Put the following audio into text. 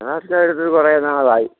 എടുത്ത് കുറേ നാളായി